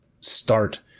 start